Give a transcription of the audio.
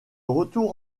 retour